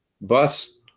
bus